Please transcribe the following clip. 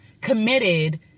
committed